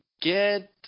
get